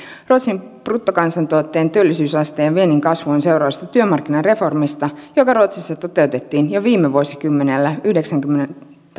ruotsin bruttokansantuotteen työllisyysasteen ja viennin kasvu on seurausta työmarkkinareformista joka ruotsissa toteutettiin jo viime vuosikymmenellä yhdeksänkymmentä